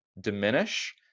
diminish